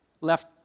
left